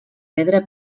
pedra